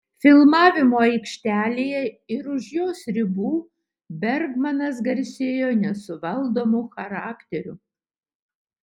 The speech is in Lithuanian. filmavimo aikštelėje ir už jos ribų bergmanas garsėjo nesuvaldomu charakteriu